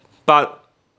but